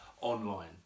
online